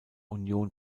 union